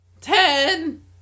ten